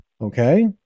okay